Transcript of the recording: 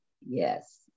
Yes